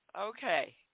okay